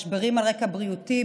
משברים על רקע בריאותי,